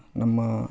ನಮ್ಮ